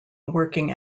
working